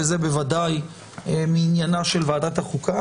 וזה בוודאי מעניינה של ועדת החוקה.